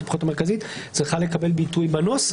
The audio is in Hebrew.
הבחירות המרכזית צריכה לקבל ביטוי בנוסח.